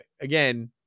again